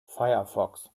firefox